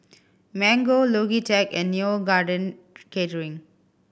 Mango Logitech and Neo Garden Catering